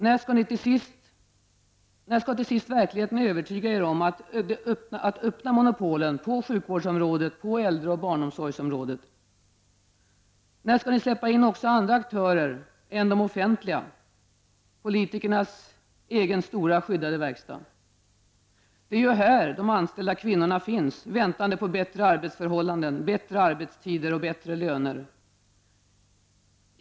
När skall till sist verkligheten övertyga er om att öppna monopol -- på sjukvårdsområdet och på äldre och barnomsorgsområdet? När skall ni släppa in också andra aktörer än de offentliga -- politikernas egen stora skyddade verkstad? Det är ju här som de anställda kvinnorna finns, väntande på bättre arbetsförhållanden, bättre arbetstider och bättre löner.